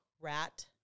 rat